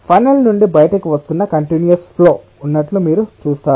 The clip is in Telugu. ఫనెల్ నుండి బయటకు వస్తున్న కంటిన్యూయస్ ఫ్లో ఉన్నట్లు మీరు చూస్తారు